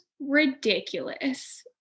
ridiculous